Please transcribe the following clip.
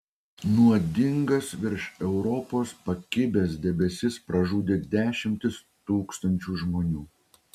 nuodingas virš europos pakibęs debesis pražudė dešimtis tūkstančių žmonių